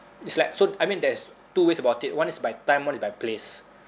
it's like so I mean there's two ways about it one is by time one is by place